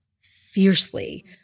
fiercely